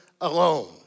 alone